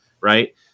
right